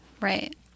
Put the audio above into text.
Right